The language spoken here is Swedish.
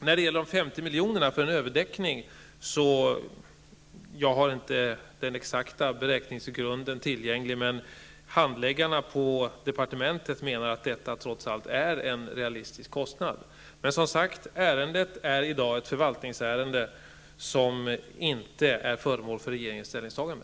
Jag har inte den exakta beräkningsgrunden tillgänglig när det gäller de 50 milj.kr. för en överdäckning. Handläggarna på departementet menar att detta trots allt är en realistisk kostnad. Ärendet är i dag ett förvaltningsärende som inte är föremål för regeringens ställningstagande.